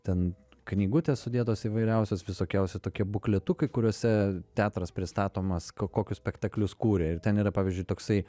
ten knygutės sudėtos įvairiausios visokiausi tokie bukletukai kuriuose teatras pristatomas kokius spektaklius kūrė ir ten yra pavyzdžiui toksai